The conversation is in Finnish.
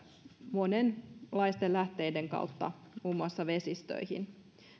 monenlaisten lähteiden kautta muun muassa vesistöihin